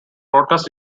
broadcast